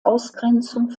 ausgrenzung